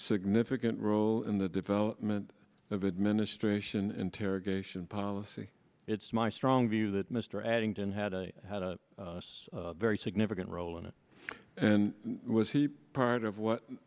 significant role in the development of administration interrogation policy it's my strong view that mr addington had a very significant role in it and was he part of what